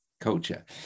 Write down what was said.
culture